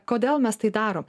kodėl mes tai darom